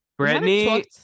Britney